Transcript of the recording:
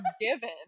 given